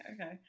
Okay